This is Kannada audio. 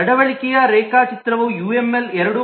ನಡವಳಿಕೆಯ ರೇಖಾಚಿತ್ರವು ಯುಎಂಎಲ್ 2